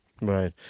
Right